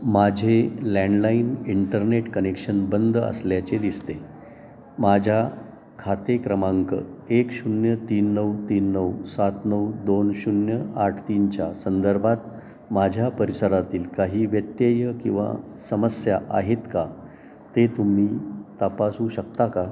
माझे landline internet connection बंद असल्याचे दिसते माझ्या खाते क्रमांक एक शून्य तीन नऊ तीन नऊ सात नऊ दोन शून्य आठ तीनच्या संदर्भात माझ्या परिसरातील काही व्यत्यय किंवा समस्या आहेत का ते तुम्ही तपासू शकता का